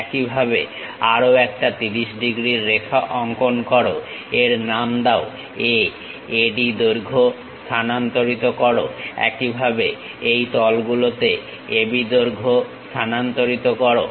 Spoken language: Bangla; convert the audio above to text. একইভাবে আরও একটা 30 ডিগ্রীর রেখা অঙ্কন করো এর নাম দাও A AD দৈর্ঘ্য স্থানান্তরিত করো একইভাবে এই তলগুলোতে AB দৈর্ঘ্য স্থানান্তরিত করো